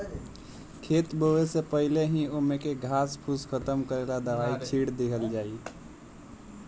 खेत बोवे से पहिले ही ओमे के घास फूस खतम करेला दवाई छिट दिहल जाइ